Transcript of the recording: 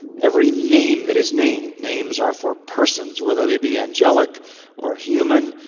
every name that is named. names are for persons whether they be angelic or human,